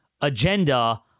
agenda